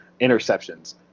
interceptions